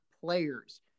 players